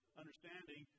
understanding